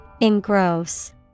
Engross